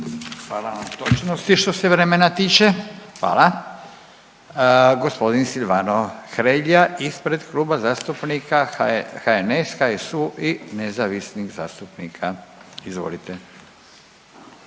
Hvala na točnosti što se vremena tiče, hvala. Gospodin Silvano Hrelja ispred Kluba zastupnika HNS, HSU i nezavisnih zastupnika. Izvolite.